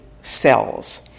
cells